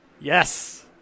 Yes